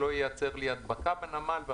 שלא ייצר לי הדבקה בנמל.